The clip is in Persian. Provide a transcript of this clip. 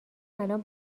الان